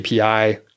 API